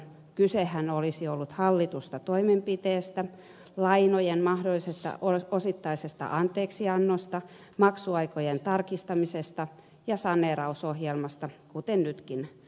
kysehän olisi ollut hallitusta toimenpiteestä lainojen mahdollisesta osittaisesta anteeksiannosta maksuaikojen tarkistamisesta ja saneerausohjelmasta kuten nytkin tehdään